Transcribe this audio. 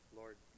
lord